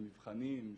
של מבחנים,